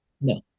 No